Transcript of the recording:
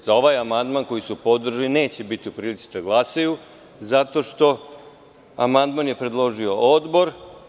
Za ovaj amandman koji su podržali neće biti u prilici da glasaju zato što amandman je predložio odbor.